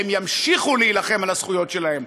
והם ימשיכו להילחם על הזכויות שלהם,